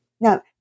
Now